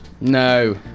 No